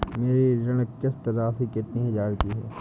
मेरी ऋण किश्त राशि कितनी हजार की है?